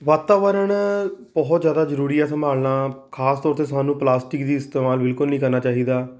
ਵਾਤਾਵਰਨ ਬਹੁਤ ਜ਼ਿਆਦਾ ਜਰੂਰੀ ਆ ਸੰਭਾਲਣਾ ਖਾਸ ਤੌਰ 'ਤੇ ਸਾਨੂੰ ਪਲਾਸਟਿਕ ਦੀ ਇਸਤੇਮਾਲ ਬਿਲਕੁਲ ਨਹੀਂ ਕਰਨਾ ਚਾਹੀਦਾ